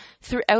throughout